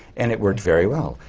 and it worked very well.